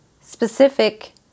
specific